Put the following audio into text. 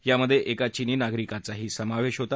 यामध्ये एका चीनी नागरिकाचाही समावेश होता